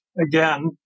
again